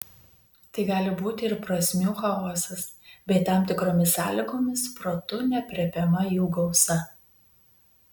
tai gali būti ir prasmių chaosas bei tam tikromis sąlygomis protu neaprėpiama jų gausa